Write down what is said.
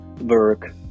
work